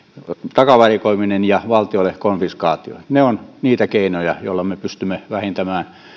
takavarikoiminen ja valtiolle konfiskaatio ne ovat niitä keinoja joilla me pystymme vähentämään